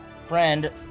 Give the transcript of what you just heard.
friend